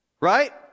Right